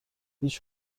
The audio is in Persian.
هیچ